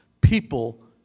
People